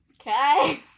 Okay